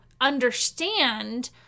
understand